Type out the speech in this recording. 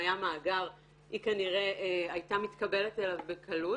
היה מאגר היא כנראה הייתה מתקבלת אליו בקלות